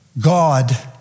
God